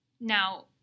Now